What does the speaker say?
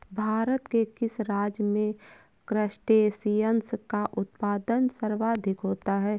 भारत के किस राज्य में क्रस्टेशियंस का उत्पादन सर्वाधिक होता है?